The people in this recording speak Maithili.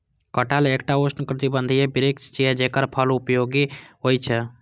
कटहल एकटा उष्णकटिबंधीय वृक्ष छियै, जेकर फल बहुपयोगी होइ छै